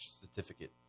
certificate